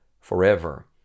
forever